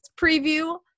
preview